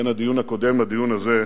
בין הדיון הקודם לדיון הזה,